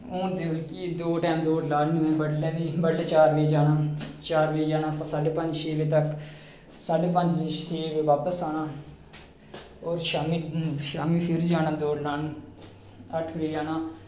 हून जेह्की दौं टाइम दौड़ लानी बड़ले चार बजे जाना साढे पंज छै बजे तक साढ़े पंज छे बजे बापस औना शामी फिर जाना दौड़ लानी अट्ठ बजे जाना